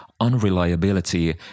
unreliability